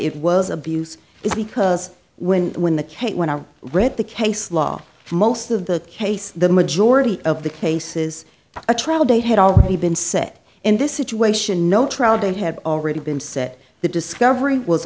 it was abuse is because when when the case when i read the case law most of the case the majority of the cases a trial date had already been set in this situation no trial date had already been set the discovery was